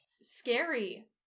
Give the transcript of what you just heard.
scary